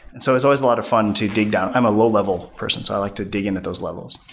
and so it's always a lot of fun to dig down. i'm a low-level person. so i like to dig in at those levels.